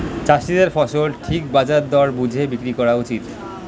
চাষীদের ফসল ঠিক বাজার দর বুঝে বিক্রি করা উচিত